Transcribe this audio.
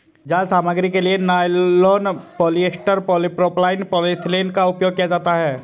जाल सामग्री के लिए नायलॉन, पॉलिएस्टर, पॉलीप्रोपाइलीन, पॉलीएथिलीन का उपयोग किया जाता है